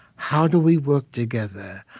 how do we work together?